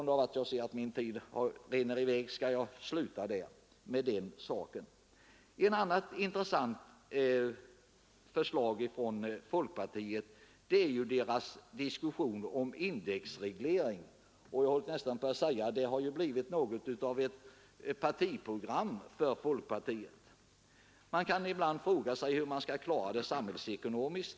Då jag ser att min tid rinner i väg, skall jag stanna vid detta när det gäller den saken. Ett annat intressant inslag från folkpartiet är diskussionen om indexreglering. Jag höll nästan på att säga att detta har blivit något av ett partiprogram för folkpartiet. Man kan ibland fråga sig hur det skall klaras samhällsekonomiskt.